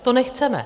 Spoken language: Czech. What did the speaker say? To nechceme.